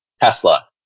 Tesla